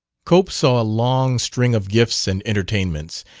cope saw a long string of gifts and entertainments,